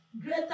Greater